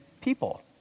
people